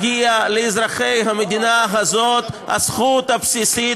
מגיעה לאזרחי המדינה הזאת הזכות הבסיסית,